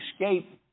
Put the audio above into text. escape